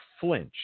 flinch